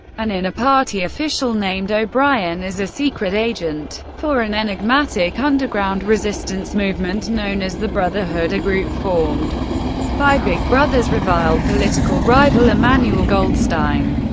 an inner party official named o'brien, is a secret agent for an enigmatic underground resistance movement known as the brotherhood, a group formed by big brother's reviled political rival emmanuel goldstein.